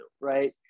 Right